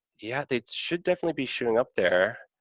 yeah, it should definitely be showing up there.